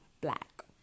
Black